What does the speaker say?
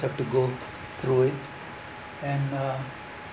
have to go through it and uh